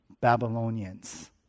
Babylonians